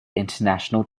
international